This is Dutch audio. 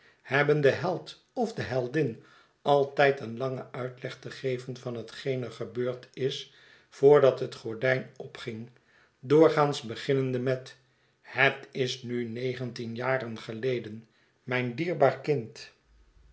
hebben den held of de heldin altijd een langen uitleg te geven van hetgeen er gebeurd is voordat het gordifn opging doorgaans beginnende met het is nu negentien jaren geleden mijn dierbaar kind